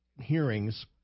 hearings